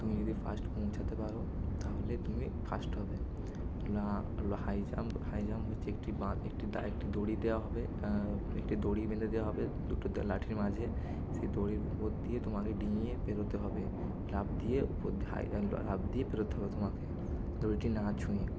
তুমি যদি ফার্স্ট পৌঁছাতে পারো তা হলে তুমি ফার্স্ট হবে না আর হাই জাম্প হাই জাম্প হচ্ছে একটি বা একটি একটি দড়ি দেওয়া হবে একটি দড়ি বেঁধে দেওয়া হবে দুটো লাঠির মাঝে সেই দড়ির উপর দিয়ে তোমাকে ডিঙিয়ে পেরোতে হবে লাফ দিয়ে উপর দিয়ে লাফ দিয়ে পেরোতে হবে তোমাকে দড়িটি না ছুঁয়ে